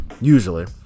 Usually